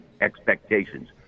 expectations